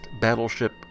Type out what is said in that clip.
Battleship